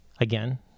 again